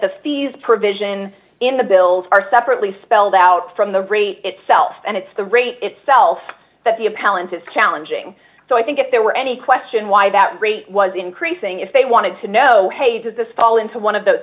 the fees provision in the bills are separately spelled out from the rate itself and it's the rate itself that the appellant is challenging so i think if there were any question why that rate was increasing if they wanted to know hey does this fall into one of those